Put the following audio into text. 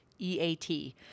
EAT